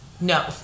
No